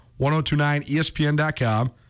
1029ESPN.com